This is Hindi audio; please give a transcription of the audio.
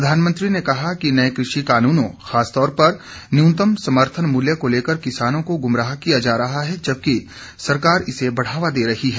प्रधानमंत्री ने कहा कि नये कृषि कानूनों खासतौर पर न्यूनतम समर्थन मूल्य को लेकर किसानों को गुमराह किया जा रहा है जबकि सरकार इसे बढ़ावा दे रही है